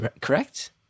correct